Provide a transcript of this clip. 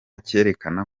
cyerekana